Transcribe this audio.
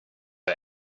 her